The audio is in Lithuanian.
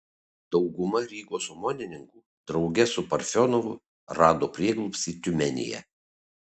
dauguma rygos omonininkų drauge su parfionovu rado prieglobstį tiumenėje